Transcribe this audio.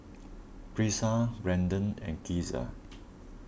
Brisa Brandan and Kizzy